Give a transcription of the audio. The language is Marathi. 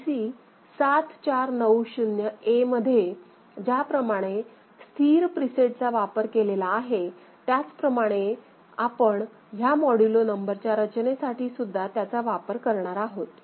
आय सी 7490A मध्ये ज्याप्रमाणे स्थिर प्रीसेटचा वापर केलेला आहे त्याचप्रमाणे आपण ह्या मोड्युलो नंबरच्या रचनेसाठी सुद्धा त्याचा वापर करणार आहोत